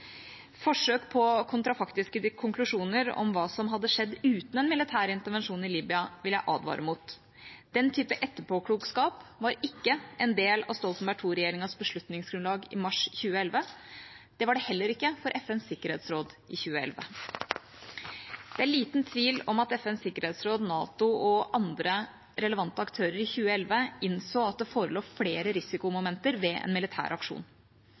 Forsøk på kontrafaktiske konklusjoner om hva som hadde skjedd uten en militær intervensjon i Libya, vil jeg advare mot. Den typen etterpåklokskap var ikke en del av Stoltenberg II-regjeringas beslutningsgrunnlag i mars 2011. Det var det heller ikke for FNs sikkerhetsråd i 2011. Det er liten tvil om at FNs sikkerhetsråd, NATO og andre relevante aktører i 2011 innså at det forelå flere risikomomenter ved en militær aksjon.